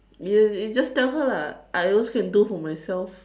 you you just tell her lah I also can do for myself